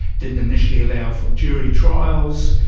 didn't initially allow for jury trials,